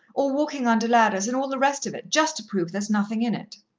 or walking under ladders, and all the rest of it, just to prove there's nothing in it.